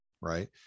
right